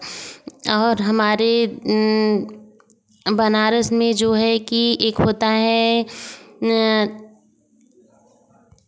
और हमारे बनारस में जो है कि एक होता है